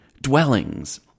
dwellings